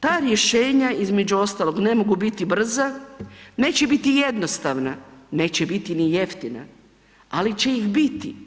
Ta rješenja između ostalog ne mogu biti brza, neće biti jednostavna, neće biti ni jeftina, ali će ih biti.